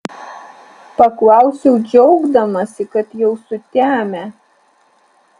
paklausiau džiaugdamasi kad jau sutemę